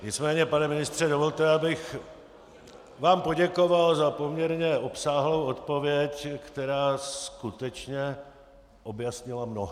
Nicméně, pane ministře, dovolte, abych vám poděkoval za poměrně obsáhlou odpověď, která skutečně objasnila mnohé.